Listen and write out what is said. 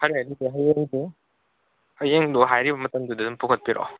ꯐꯔꯦ ꯑꯗꯨꯗꯤ ꯍꯌꯦꯡꯁꯦ ꯍꯌꯦꯡꯗꯣ ꯍꯥꯏꯔꯤꯕ ꯃꯇꯝꯗꯨꯗ ꯑꯗꯨꯝ ꯄꯨꯈꯠꯄꯤꯔꯛꯑꯣ